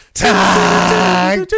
time